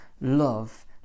love